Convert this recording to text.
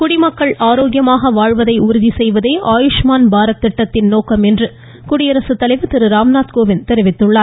குடிமக்கள் ஆரோக்கியமாக வாழ்வதை உறுதி செய்வதே ஆயுஷ்மான் பாரத் திட்டத்தின் நோக்கம் என்று குடியரசுத்தலைவர் திரு ராம்நாத்கோவிந்த் தெரிவித்துள்ளார்